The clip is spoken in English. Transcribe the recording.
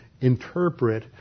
interpret